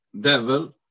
devil